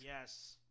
Yes